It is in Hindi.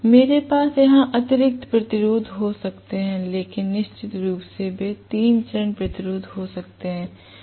मेरे पास यहां अतिरिक्त प्रतिरोध हो सकते हैं लेकिन निश्चित रूप से वे तीन चरण प्रतिरोध हो सकते हैं